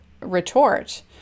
retort